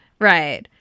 right